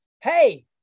Hey